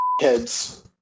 heads